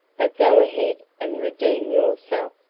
but go ahead and redeem yourself.